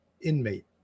inmate